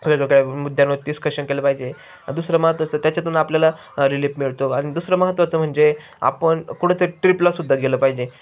वेगवेगळ्या मुद्यांवर दिस्कशन केल पाहिजे दुसर महत्वाचं त्याच्यातून आपल्याला रिलीफ मिळतो आणि दुसरं महत्वाच म्हणजे आपण कुठं तरी ट्रिपला सुद्धा गेलं पाहिजे